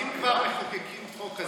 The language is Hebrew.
אם כבר מחוקקים חוק כזה,